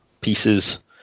pieces